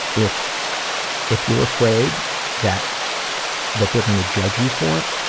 if if you're afraid that that they're going to judge you for it,